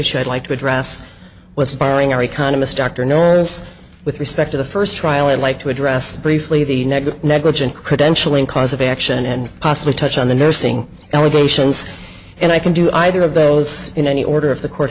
issue i'd like to address was barring our economist dr knows with respect to the first trial i like to address briefly the next negligent credentialing cause of action and possible touch on the nursing allegations and i can do either of those in any order of the court